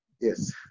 Yes